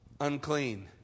unclean